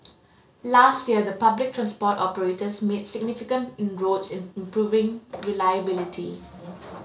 last year the public transport operators made significant inroads in improving reliability